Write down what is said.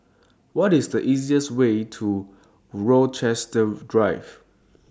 What IS The easiest Way to Rochester Drive